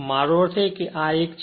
મારો અર્થ એ છે કે આ સાથે આ એક છે